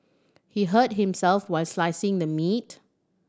he hurt himself while slicing the meat